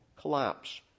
collapse